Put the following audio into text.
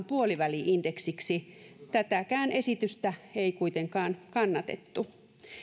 puoliväli indeksiksi tätäkään esitystä ei kuitenkaan kannatettu